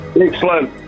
Excellent